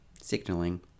signaling